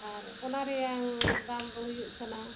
ᱟᱨ ᱚᱱᱟ ᱨᱮᱭᱟᱝ ᱫᱟᱢ ᱫᱚ ᱦᱩᱭᱩᱜ ᱠᱟᱱᱟ